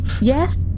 Yes